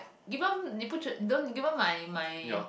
even 你不知 given my my